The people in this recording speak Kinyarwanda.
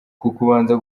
kubanza